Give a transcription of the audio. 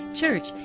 church